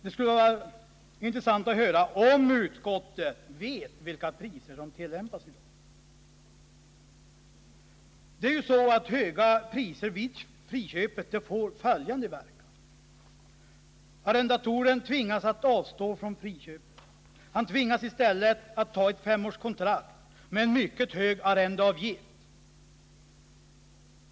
Det skulle vara intressant att veta om utskottsledamöterna känner till vilka priser det är i dag. Höga priser vid friköpet får följande verkningar. Arrendatorn tvingas att avstå från friköpet. I stället tvingas han acceptera ett femårskontrakt med mycket hög arrendeavgift.